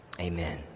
amen